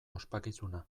ospakizuna